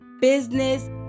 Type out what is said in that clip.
business